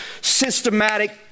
systematic